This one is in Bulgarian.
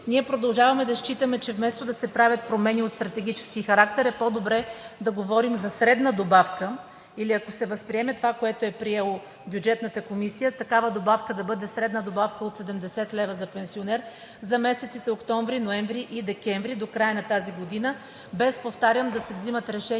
лв., продължаваме да считаме, че вместо да се правят промени от стратегически характер е по-добре да говорим за средна добавка, или ако се възприеме това, което е приела Бюджетната комисия, средната добавка да бъде от 70 лв. за пенсионер за месеците октомври, ноември и декември до края на тази година, без, повтарям, да се вземат решения,